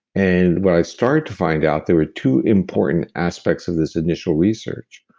and what i started to find out, there were two important aspects of this initial research.